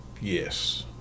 yes